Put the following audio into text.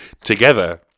together